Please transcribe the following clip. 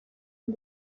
and